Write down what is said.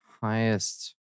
highest